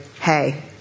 hey